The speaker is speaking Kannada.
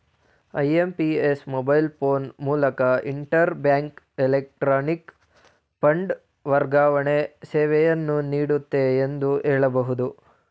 ಐ.ಎಂ.ಪಿ.ಎಸ್ ಮೊಬೈಲ್ ಫೋನ್ ಮೂಲಕ ಇಂಟರ್ ಬ್ಯಾಂಕ್ ಎಲೆಕ್ಟ್ರಾನಿಕ್ ಫಂಡ್ ವರ್ಗಾವಣೆ ಸೇವೆಯನ್ನು ನೀಡುತ್ತೆ ಎಂದು ಹೇಳಬಹುದು